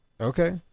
Okay